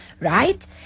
right